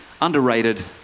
underrated